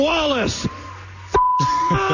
Wallace